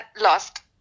Lost